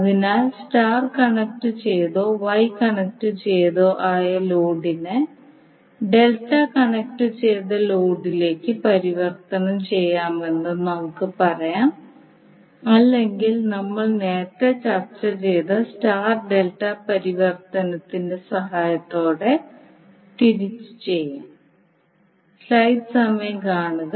അതിനാൽ സ്റ്റാർ കണക്റ്റുചെയ്തതോ Y കണക്റ്റുചെയ്തതോ ആയ ലോഡിനെ ഡെൽറ്റ കണക്റ്റുചെയ്ത ലോഡിലേക്ക് പരിവർത്തനം ചെയ്യാമെന്ന് നമുക്ക് പറയാം അല്ലെങ്കിൽ നമ്മൾ നേരത്തെ ചർച്ച ചെയ്ത സ്റ്റാർ ഡെൽറ്റ പരിവർത്തനത്തിന്റെ സഹായത്തോടെ തിരിച്ചും ചെയ്യാം